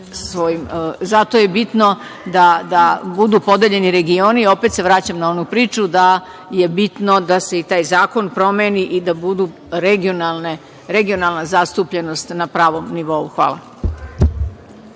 je bitno da budu podeljeni regioni. Opet se vraćam na onu priču da je bitno da se i taj zakon promeni i da bude regionalna zastupljenost na pravom nivou. Hvala.